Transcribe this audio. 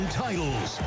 titles